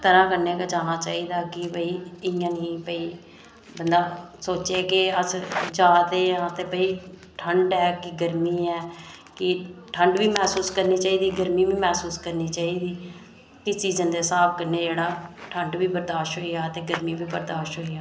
तरह कन्नै गै जाना चाहिदा की भाई इंया निं भाई ते बंदा सोचै कि अस जा दे आं भाई ठंड ऐ कि गर्मी ऐ कि ठंड बी मसूस करना चाहिदी ते गर्मी बी मसूस करना चाहिदी कि सीज़न दे स्हाब कन्नै जेह्ड़ा ठंड बी बर्दाश्त होई जा ते गरमी बी बर्दाश्त होई जा